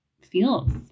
feels